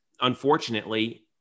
unfortunately